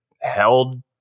held